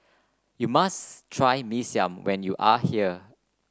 you must try Mee Siam when you are here